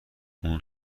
اون